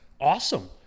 awesome